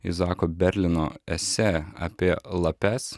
izako berlino esė apie lapes